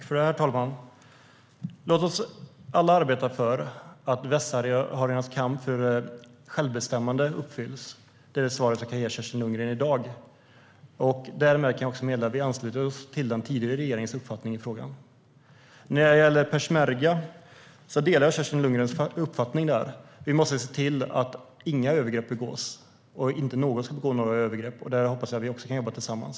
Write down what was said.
Herr talman! Låt oss alla arbeta för att västsahariernas kamp för självbestämmande ger resultat. Det är det svar jag kan ge Kerstin Lundgren i dag. Därmed kan jag också meddela att vi ansluter oss till den tidigare regeringens uppfattning i frågan. När det gäller peshmergan delar jag Kerstin Lundgrens uppfattning. Vi måste se till att inga övergrepp begås och att ingen ska begå övergrepp. Här hoppas jag att vi också kan jobba tillsammans.